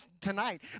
tonight